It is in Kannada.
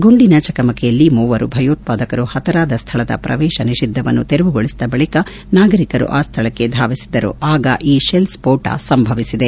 ಗುಂಡಿನ ಚಕಮಕಿಯಲ್ಲಿ ಮೂವರು ಭಯೋತ್ವಾದಕರು ಹತರಾದ ಸ್ಥಳದ ಪ್ರವೇಶ ನಿಷಿದ್ದವನ್ನು ತೆರವುಗೊಳಿಸಿದ ಬಳಿಕ ನಾಗರಿಕರು ಆ ಸ್ಥಳಕ್ಕೆ ಧಾವಿಸಿದ್ದರು ಆಗ ಈ ಶೆಲ್ ಸ್ಪೋಟ ಸಂಭವಿಸಿದೆ